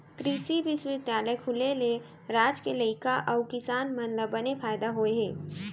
कृसि बिस्वबिद्यालय खुले ले राज के लइका अउ किसान मन ल बने फायदा होय हे